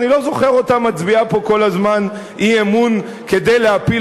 אני לא זוכר אותה מצביעה פה כל הזמן אי-אמון כדי להפיל